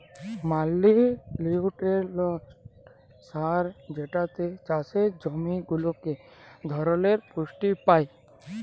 multinutrient সার যেটাতে চাসের জমি ওলেক ধরলের পুষ্টি পায়